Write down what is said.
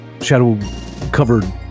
shadow-covered